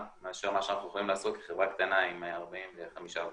מאשר מה שאנחנו יכולים לעשות כחברה קטנה עם 45 עובדים.